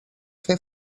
fer